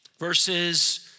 Verses